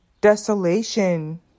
desolation